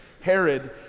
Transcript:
Herod